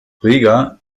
riga